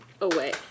away